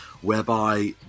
whereby